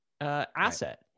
asset